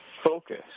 focus